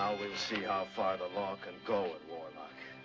ah we'll see how far the law can go in warlock.